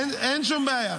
אין שום בעיה.